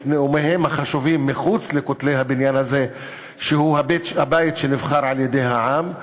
נאומיהם החשובים מחוץ לכותלי הבניין הזה שהוא הבית שנבחר על-ידי העם.